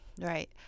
right